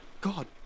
God